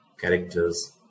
characters